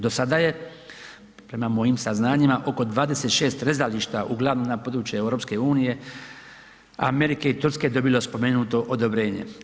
Do sada je, prema mojim saznanjima, oko 26 rezališta, uglavnom na području EU, Amerike i Turske dobilo spomenuto odobrenje.